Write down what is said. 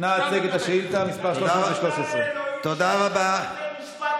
אנא הצג את שאילתה מס' 313. תודה רבה לאלוהים שיש בתי משפט